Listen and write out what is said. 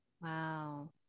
Wow